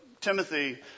Timothy